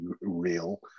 real